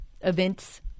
events